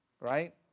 right